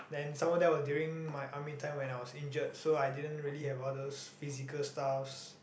then someone else was during my army time when I was injured so I didn't really have all those physical stuffs